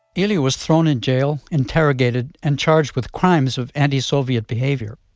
ilya was thrown in jail, interrogated, and charged with crimes of anti-soviet behavior.